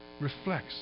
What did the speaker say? reflects